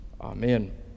Amen